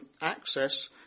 access